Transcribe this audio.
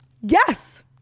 Yes